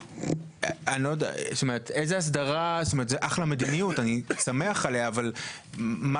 זאת אחלה מדיניות, אני שמח עליה, אבל איזו אסדרה?